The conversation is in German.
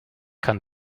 kann